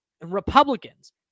Republicans